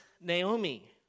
Naomi